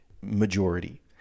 majority